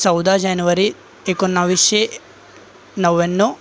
चौदा जानेवारी एकोणाविसशे नव्याण्णव